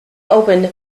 opened